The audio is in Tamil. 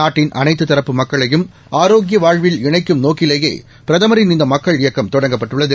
நாட்டின் அனைத்து தரப்பு மக்களையும் ஆரோக்கிய வாழ்வில் இணைக்கும் நோக்கிலேயே பிரதமரின் இந்த மக்கள் இயக்கம் தொடங்கப்பட்டுள்ளது